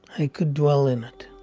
i could dwell in it